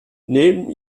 neben